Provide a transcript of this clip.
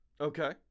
Okay